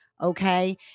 okay